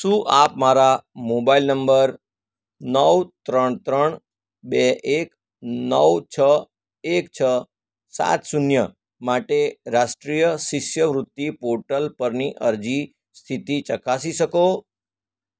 શું આપ મારા મોબાઈલ નંબર નવ ત્રણ ત્રણ બે એક નવ છ એક છ સાત શૂન્ય માટે રાષ્ટ્રીય શિષ્યવૃત્તિ પોર્ટલ પરની અરજી સ્થિતિ ચકાસી શકો